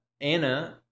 anna